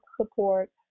support